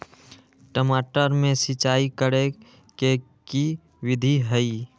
टमाटर में सिचाई करे के की विधि हई?